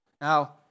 Now